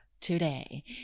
today